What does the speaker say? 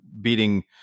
beating